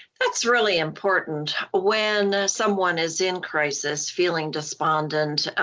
that's really important. when someone is in crisis feeling despondent,